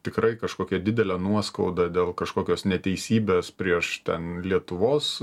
tikrai kažkokia didelė nuoskauda dėl kažkokios neteisybės prieš ten lietuvos